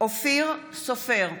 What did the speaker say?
אופיר סופר,